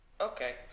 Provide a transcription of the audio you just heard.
Okay